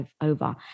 over